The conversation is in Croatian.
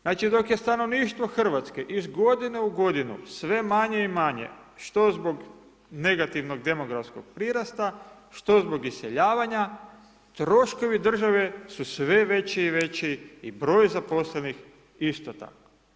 Znači dok je stanovništvo Hrvatske iz godine u godinu sve manje i manje što zbog negativnog demografskog prirasta, što zbog iseljavanja troškovi države su sve veći i veći i broj zaposlenih isto tako.